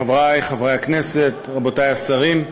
תודה רבה, חברי חברי הכנסת, רבותי השרים,